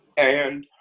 and